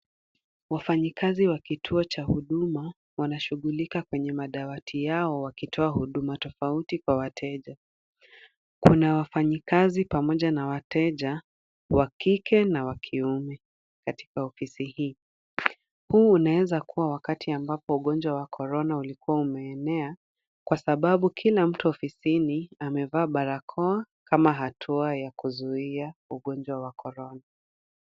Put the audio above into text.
Wafanyikazi wa kituo cha huduma wanashughulika kwenye madawati yao wakitoa huduma tofauti kwa wateja. Kuna wafanyikazi pamoja na wateja wa kike na wa kiume katika ofisi hii. Huu unaezakuwa wakati ambapo ugonjwa wa corona ulikuwa umeenea kwa sababu kila mtu ofisini amevaa barakoa kama hatua ya kuzuia ugonjwa wa Corona.